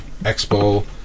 Expo